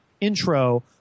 intro